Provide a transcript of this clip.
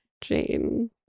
Jane